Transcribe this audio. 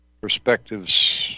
Perspectives